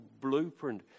blueprint